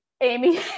Amy